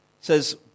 says